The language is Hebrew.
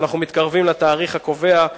ואנחנו מתקרבים לתאריך הקובע,